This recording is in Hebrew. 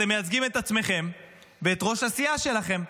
אתם מייצגים את עצמכם ואת ראש הסיעה שלכם,